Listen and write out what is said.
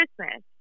Christmas